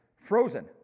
frozen